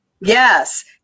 Yes